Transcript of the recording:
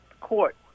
court